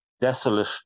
desolate